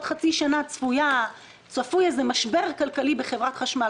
חצי שנה צפוי איזה משבר כלכלי בחברת חשמל,